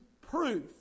proof